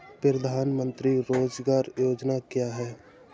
प्रधानमंत्री रोज़गार योजना क्या है?